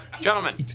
Gentlemen